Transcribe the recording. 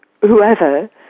whoever